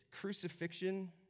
crucifixion